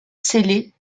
scellée